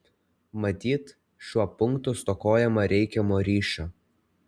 matyt šiuo punktu stokojama reikiamo ryšio